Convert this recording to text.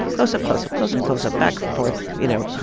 close-up, close-up, close-up, close-up, back, forth, you know,